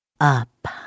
up